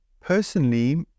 Personally